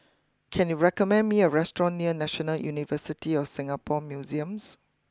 can you recommend me a restaurant near National University of Singapore Museums